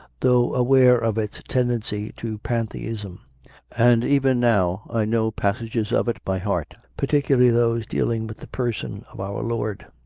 though aware of its tendency to pantheism and even now i know passages of it by heart, par ticularly those dealing with the person of our lord.